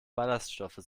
ballaststoffe